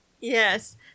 Yes